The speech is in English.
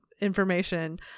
information